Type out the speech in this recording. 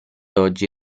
oggi